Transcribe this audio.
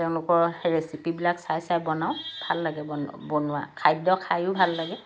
তেওঁলোকৰ ৰেচিপিবিলাক চাই চাই বনাওঁ ভাল লাগে বনোৱা বনোৱা খাদ্য খায়ো ভাল লাগে